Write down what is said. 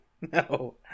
No